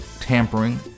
tampering